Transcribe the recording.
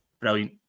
brilliant